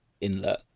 inlet